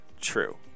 True